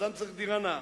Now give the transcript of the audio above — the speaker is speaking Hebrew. אדם צריך דירה נאה,